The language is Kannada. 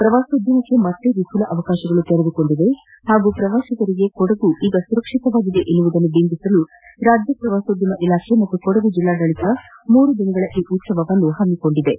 ಪ್ರವಾಸೋದ್ಯಮಕ್ಕೆ ಮತ್ತೆ ವಿಘುಲ ಅವಕಾಶಗಳು ತೆರೆದುಕೊಂಡಿವೆ ಹಾಗೂ ಪ್ರವಾಸಿಗರಿಗೆ ಕೊಡಗು ಈಗ ಸುರಕ್ಷಿತವಾಗಿದೆ ಎಂಬುದನ್ನು ಬಿಂಬಿಸಲು ರಾಜ್ಯ ಪ್ರವಾಸೋದ್ಯಮ ಇಲಾಖೆ ಮತ್ತು ಕೊಡಗು ಜಿಲ್ಲಾಡಳಿತ ಮೂರು ದಿನಗಳ ಈ ಉತ್ಸವವನ್ನು ಹಮ್ಮಿಕೊಂಡಿವೆ